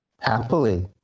Happily